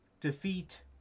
defeat